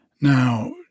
Now